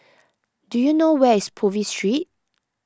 do you know where is Purvis Street